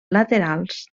laterals